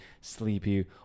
sleepy